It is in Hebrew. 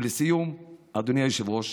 ולסיום, אדוני היושב-ראש,